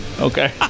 Okay